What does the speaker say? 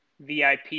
VIP